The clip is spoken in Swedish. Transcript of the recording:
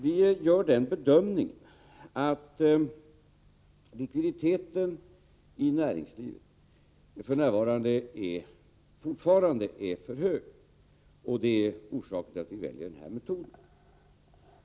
Vi gör den bedömningen att likviditeten i näringslivet fortfarande är för hög, och det är orsaken till att vi väljer metoden med likviditetsindragningar.